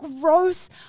gross